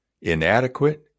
inadequate